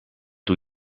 doe